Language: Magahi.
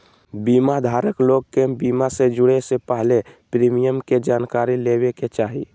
बीमा धारक लोग के बीमा से जुड़े से पहले प्रीमियम के जानकारी लेबे के चाही